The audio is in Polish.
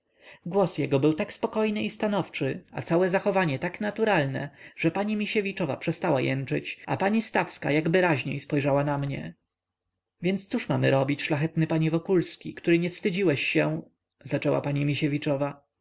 głos jego był tak spokojny i stanowczy a całe zachowanie tak naturalne że pani misiewiczowa przestała jęczyć a pani stawska jakby raźniej spojrzała na mnie więc cóż mamy robić szlachetny panie wokulski który nie wstydziłeś się zaczęła pani misiewiczowa